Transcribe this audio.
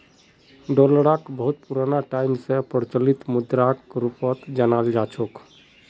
डालरक बहुत पुराना टाइम स प्रचलित मुद्राक रूपत जानाल जा छेक